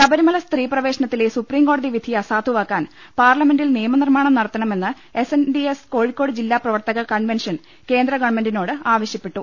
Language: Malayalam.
ശബരിമല സ്ത്രീ പ്രവേശനത്തിലെ സുപ്രീംകോടതി വിധി അസാധുവാക്കാൻ പാർലമെന്റിൽ നിയമ നിർമ്മാണം നടത്തണമെന്ന് S N D S Kozhikode ജില്ലാ പ്രവർത്തക കൺവെൻഷൻ കേന്ദ്ര ഗവൺമെന്റിനോട് ആവശ്യപ്പെട്ടു